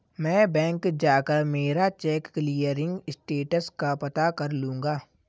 मैं बैंक जाकर मेरा चेक क्लियरिंग स्टेटस का पता कर लूँगा